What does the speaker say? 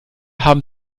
haben